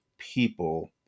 people